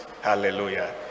hallelujah